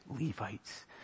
Levites